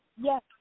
Yes